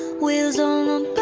wheels on